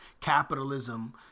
capitalism